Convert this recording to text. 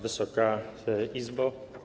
Wysoka Izbo!